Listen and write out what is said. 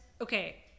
okay